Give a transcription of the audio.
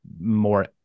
more